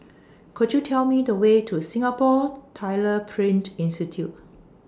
Could YOU Tell Me The Way to Singapore Tyler Print Institute